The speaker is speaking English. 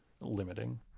limiting